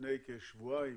לפני כשבועיים